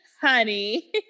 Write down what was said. honey